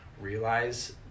realize